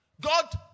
God